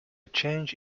change